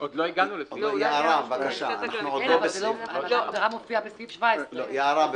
עוד לא הגענו לסעיף 18. ההגדרה מופיעה בסעיף 17. יערה,